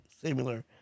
similar